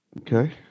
Okay